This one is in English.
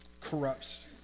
corrupts